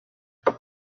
but